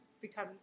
become